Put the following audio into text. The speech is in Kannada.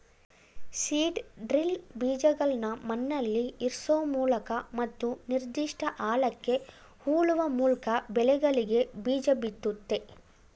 ಸೀಡ್ ಡ್ರಿಲ್ ಬೀಜಗಳ್ನ ಮಣ್ಣಲ್ಲಿಇರ್ಸೋಮೂಲಕ ಮತ್ತು ನಿರ್ದಿಷ್ಟ ಆಳಕ್ಕೆ ಹೂಳುವಮೂಲ್ಕಬೆಳೆಗಳಿಗೆಬೀಜಬಿತ್ತುತ್ತೆ